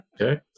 Okay